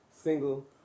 Single